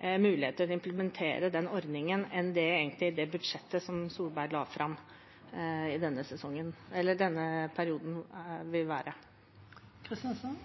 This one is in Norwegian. til å implementere den ordningen enn slik budsjettet som Solberg-regjeringen la fram for denne perioden, ville gitt.